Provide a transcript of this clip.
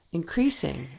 increasing